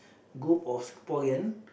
group of Singaporean